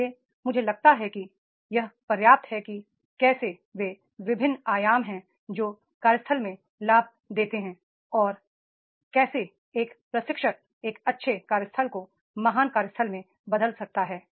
इसलिए मुझे लगता है कि यह पर्याप्त है कि कैसे ये विभिन्न आयाम हैं जो कार्यस्थल में लाभ देते हैं और कैसे एक प्रशिक्षक एक अच्छे कार्यस्थल को महान कार्यस्थल में बदल सकता है